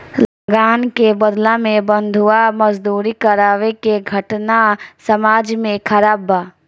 लगान के बदला में बंधुआ मजदूरी करावे के घटना समाज में खराब बा